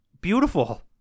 beautiful